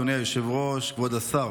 אדוני היושב-ראש, כבוד השר,